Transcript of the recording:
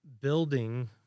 building